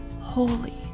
Holy